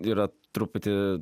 yra truputį